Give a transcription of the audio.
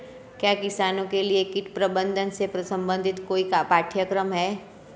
क्या किसानों के लिए कीट प्रबंधन से संबंधित कोई पाठ्यक्रम है?